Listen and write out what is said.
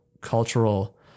cultural